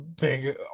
big